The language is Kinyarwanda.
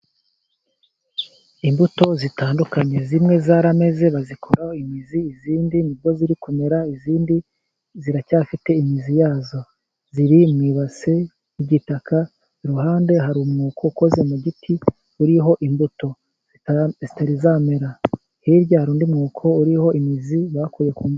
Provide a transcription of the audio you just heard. Imbuto zitandukanye zimwe zarameze bazikuraho imizi, izindi nibwo ziri kumera, izindi ziracyafite imizi yazo ziri mu ibase mu gitaka. Iruhande hari umwuko ukoze mu giti uriho imbuto zitari zamera, hirya hari undi mwuko uriho imizi bakuye ku mu...